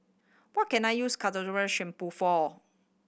what can I use Ketoconazole Shampoo for